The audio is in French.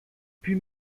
put